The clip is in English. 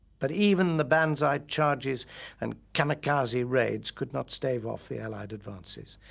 but even the banzai charges and kamikaze raids could not stave off the allied advances.